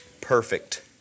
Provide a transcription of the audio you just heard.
perfect